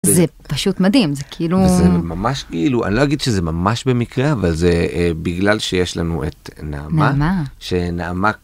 זה פשוט מדהים זה כאילו... זה ממש כאילו אני לא אגיד שזה ממש במקרה אבל זה בגלל שיש לנו את נעמה. שנעמה.